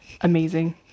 amazing